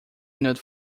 note